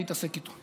להתעסק איתו.